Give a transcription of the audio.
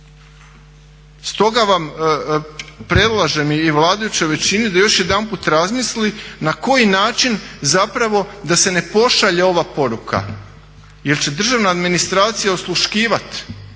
Stoga vam predlažem i vladajućoj većini da još jedanput razmisli na koji način zapravo da se ne pošalje ova poruka jer će državna administracija osluškivati